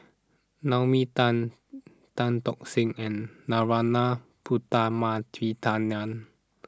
Naomi Tan Tan Tock San and Narana Putumaippittan